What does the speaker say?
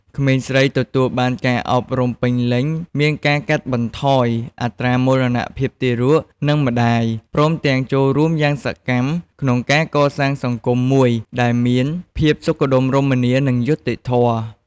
ក្មេងស្រីទទួលបានការអប់រំពេញលេញមានការកាត់បន្ថយអត្រាមរណភាពទារក និងម្តាយ ព្រមទាំងចូលរួមយ៉ាងសកម្មក្នុងការកសាងសង្គមមួយដែលមានភាពសុខដុមរមនា និងយុត្តិធម៌។